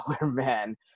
man